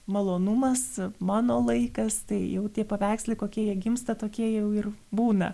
malonumas mano laikas tai jau tie paveikslai kokie jie gimsta tokie jau ir būna